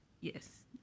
Yes